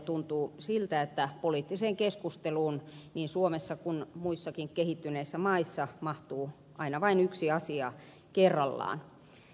tuntuu siltä että poliittiseen keskusteluun niin suomessa kuin muissakin kehittyneissä mahtuu aina vain yksi asia kerrallaan